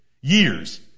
years